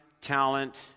talent